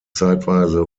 zeitweise